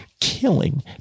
killing